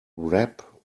rap